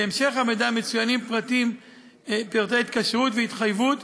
בהמשך המידע מצוינים פרטי התקשרות והתחייבות